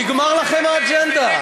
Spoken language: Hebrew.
נגמרה לכם האג'נדה.